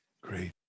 Great